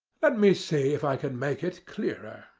let me see if i can make it clearer.